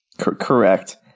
Correct